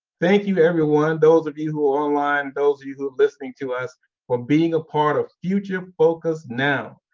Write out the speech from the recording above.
thank you everyone. those of you who are online, those of you who are listening to us for being a part of future focus now.